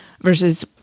versus